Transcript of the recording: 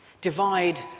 divide